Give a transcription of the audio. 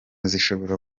zishobora